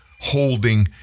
holding